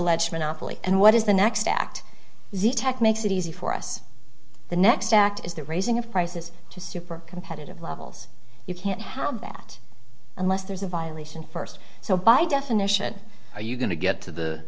alleged monopoly and what is the next act the tech makes it easy for us the next act is the raising of prices to super competitive levels you can't have that unless there's a violation first so by definition are you going to get to the